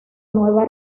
nueva